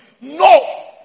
No